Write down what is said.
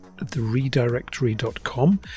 theredirectory.com